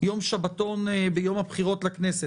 יום שבתון ביום הבחירות לכנסת,